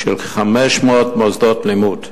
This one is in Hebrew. של כ-500 מוסדות לימוד.